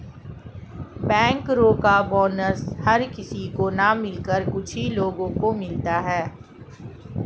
बैंकरो का बोनस हर किसी को न मिलकर कुछ ही लोगो को मिलता है